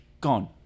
gone